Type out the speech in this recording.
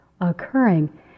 occurring